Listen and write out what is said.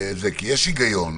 כי יש הגיון,